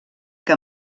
que